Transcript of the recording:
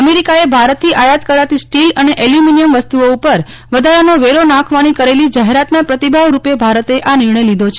અમેરિકાએ ભારતથી આયાત કરાતી સ્ટીલ અને એલ્યૂમિનિયમ વસ્ત્રઓ ઉપર વધારાનો વેરો નાંખવાની કરેલી જાહેરાતના પ્રતિભાવરૂપે ભારતે આ નિર્ણય લીધો છે